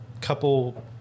couple